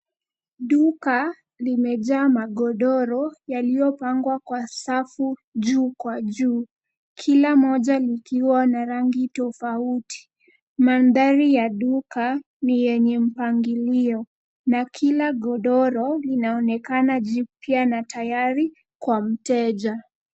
Duka limejaa magodoro yaliyopangwa kwa safu juu kwa juu, kila moja likiwa na rangi tofauti. Mandhari ya duka ni yenye mpangilio na kila godoro linaonekana jipya na tayari kwa mteja.